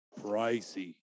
pricey